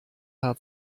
haar